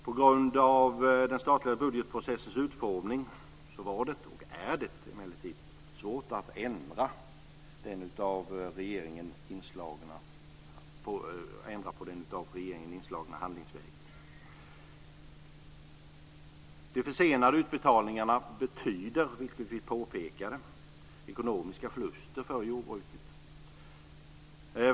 På grund av den statliga budgetprocessens utformning har det emellertid varit, och är, svårt att ändra den av regeringen inslagna handlingsvägen. De försenade utbetalningarna betyder, vilket vi påpekat, ekonomiska förluster för jordbruket.